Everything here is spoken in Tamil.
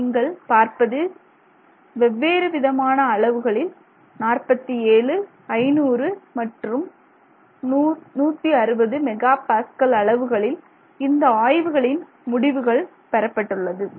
இங்கே நீங்கள் பார்ப்பது வெவ்வேறு விதமான அளவுகளில் 47 500 மற்றும் 160 MPa அளவுகளில் இந்த ஆய்வுகளின் முடிவுகள் பெறப்பட்டுள்ளது